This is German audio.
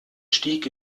stieg